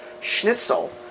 schnitzel